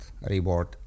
reward